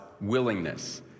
willingness